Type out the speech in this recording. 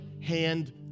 hand